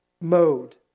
mode